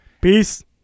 Peace